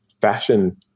fashion